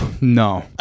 no